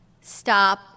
stop